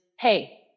hey